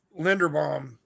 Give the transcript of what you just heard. Linderbaum